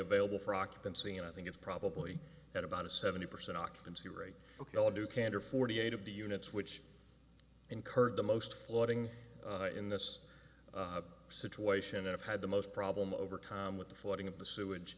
available for occupancy and i think it's probably at about a seventy percent occupancy rate ok i'll do canter forty eight of the units which incurred the most flooding in this situation i have had the most problem over time with the flooding of the sewage